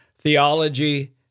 theology